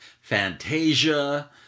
Fantasia